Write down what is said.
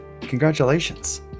Congratulations